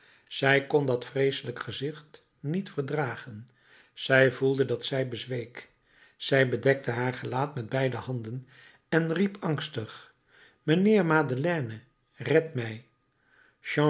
zij kon dat vreeselijk gezicht niet verdragen zij voelde dat zij bezweek zij bedekte haar gelaat met beide handen en riep angstig mijnheer madeleine red mij